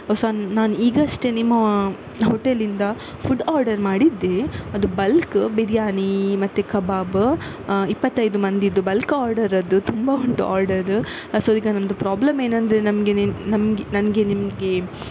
ಹೊಸ ನಾನು ಈಗಷ್ಟೆ ನಿಮ್ಮ ಹೊಟೆಲ್ಲಿಂದ ಫುಡ್ ಆರ್ಡರ್ ಮಾಡಿದ್ದೆ ಅದು ಬಲ್ಕ್ ಬಿರಿಯಾನಿ ಮತ್ತು ಕಬಾಬ್ ಇಪ್ಪತ್ತೈದು ಮಂದಿದು ಬಲ್ಕ್ ಆರ್ಡರದ್ದು ತುಂಬ ಉಂಟು ಆರ್ಡರ್ ಅದು ಸೋ ಈಗ ನಮ್ಮದು ಪ್ರಾಬ್ಲಮ್ ಏನೆಂದರೆ ನಮಗೆ ನಿಮ್ಮ ನನಗೆ ನಿಮಗೆ